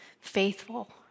faithful